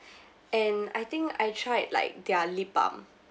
and I think I tried like their lip balm